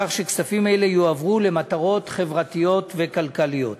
כך שכספים אלה יועברו למטרות חברתיות וכלכליות.